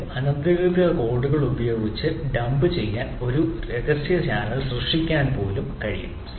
അതിന് അനധികൃത കോഡുകൾ ഉപയോഗിച്ച് ഡംപ് ചെയ്യാൻ ഒരു രഹസ്യ ചാനൽ സൃഷ്ടിക്കാൻ പോലും കഴിയും